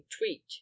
tweet